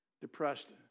depressed